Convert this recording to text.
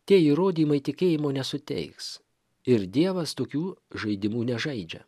tie įrodymai tikėjimo nesuteiks ir dievas tokių žaidimų nežaidžia